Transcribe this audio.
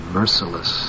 merciless